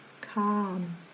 Calm